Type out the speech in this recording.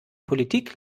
politik